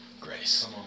grace